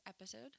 episode